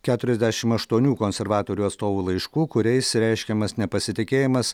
keturiasdešim aštuonių konservatorių atstovų laiškų kuriais reiškiamas nepasitikėjimas